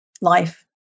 life